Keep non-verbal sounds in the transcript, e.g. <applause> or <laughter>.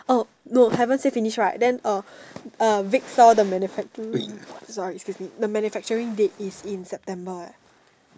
oh no haven't say finish right then uh uh Vic saw the manufacturing <noise> sorry excuse me the manufacturing date is in September eh